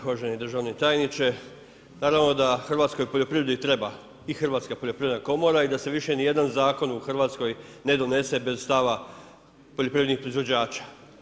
Uvaženi državni tajniče, naravno da hrvatskoj poljoprivredi treba i Hrvatska poljoprivredna komora i da se više ni jedan zakon u RH ne donese bez stava poljoprivrednih proizvođača.